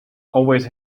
always